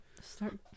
start